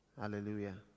hallelujah